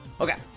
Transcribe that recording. Okay